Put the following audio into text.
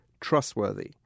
trustworthy